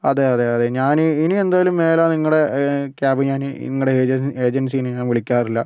അതെ അതെ അതെ ഞാൻ ഇനിയെന്തുവായാലും മേലാൽ നിങ്ങളുടെ ക്യാബ് ഞാൻ നിങ്ങളുടെ ഏജൻ ഏജൻസിയെ ഞാൻ വിളിക്കാറില്ല